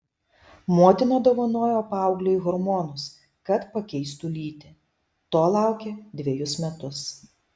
motina dovanojo paauglei hormonus kad pakeistų lytį to laukė dvejus metus